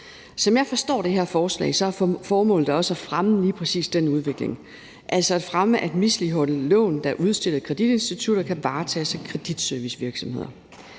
Som jeg forstår det her forslag, er formålet også at fremme lige præcis den udvikling, altså at fremme, at misligholdte lån, der er udstedt af kreditinstitutter, kan varetages af kreditservicevirksomheder.